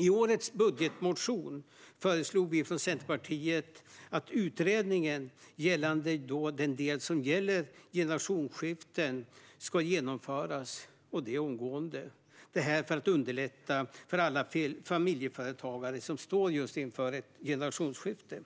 I årets budgetmotion föreslog vi från Centerpartiet att utredningen gällande delen om generationsskifte ska genomföras omgående, detta för att underlätta för alla familjeföretagare som står inför ett generationsskifte.